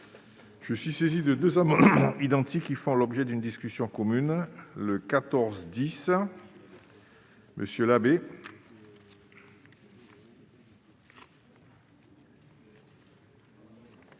Je suis saisi de deux amendements identiques qui font l'objet d'une discussion commune le 14 10, monsieur l'abbé.